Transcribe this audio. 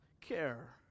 care